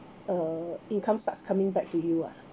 uh income starts coming back to you ah